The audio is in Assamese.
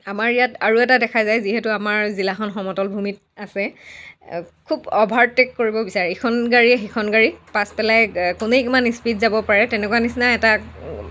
আমাৰ ইয়াত আৰু এটা দেখা যায় যিহেতু আমাৰ জিলাখন সমতল ভূমিত আছে খুব অভাৰটেক কৰিব বিচাৰে ইখন গাড়ীয়ে সিখন গাড়ীক পাছ পেলাই কোনে কিমান স্পিড যাব পাৰে তেনেকুৱা নিচিনা এটা